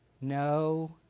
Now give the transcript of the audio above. No